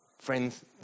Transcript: Friends